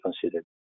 considered